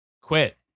quit